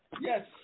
Yes